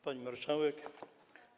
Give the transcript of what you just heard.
Pani Marszałek!